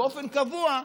באופן קבוע,